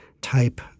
type